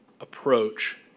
approach